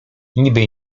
niby